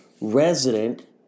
resident